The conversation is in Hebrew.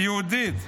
יהודית.